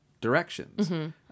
directions